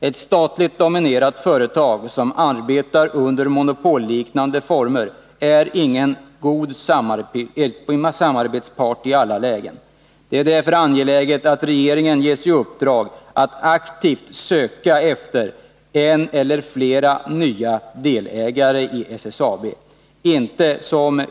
Ett statligt dominerat företag som arbetar under monopolliknande former är ingen god samarbetspart i alla lägen. Det är därför angeläget att regeringen ges i uppdrag att aktivt söka efter en eller flera nya delägare i SSAB.